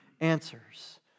answers